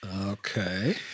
Okay